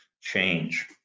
change